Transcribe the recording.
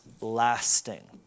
lasting